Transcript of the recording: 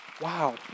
Wow